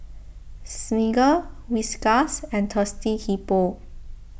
Smiggle Whiskas and Thirsty Hippo